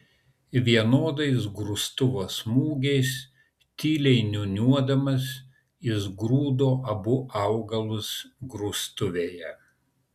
vienodais grūstuvo smūgiais tyliai niūniuodamas jis grūdo abu augalus grūstuvėje